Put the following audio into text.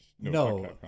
No